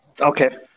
Okay